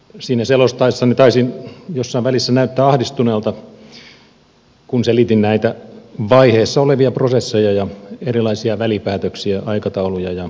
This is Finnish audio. siinä selostaessani taisin jossain välissä näyttää ahdistuneelta kun selitin näitä vaiheessa olevia prosesseja ja erilaisia välipäätöksiä aikatauluja ja valmisteluvaiheita